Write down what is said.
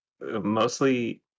mostly